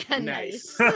Nice